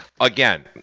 again